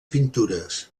pintures